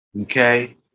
okay